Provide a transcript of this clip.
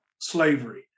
slavery